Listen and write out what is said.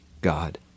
god